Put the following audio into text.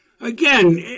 Again